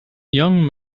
young